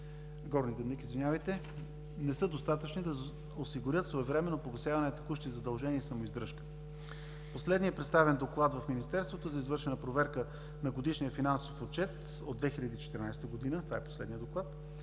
Горни Дъбник не са достатъчни да осигурят своевременно погасяване на текущи задължения и самоиздръжка. В последния представен доклад в Министерството за извършена проверка на годишния финансов отчет от 2014 г. – това е последният доклад,